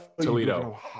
Toledo